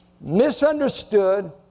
misunderstood